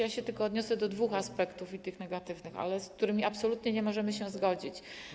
Ja się tylko odniosę do dwóch aspektów, tych negatywnych, z którymi absolutnie nie możemy się zgodzić.